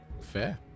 Fair